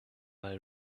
mal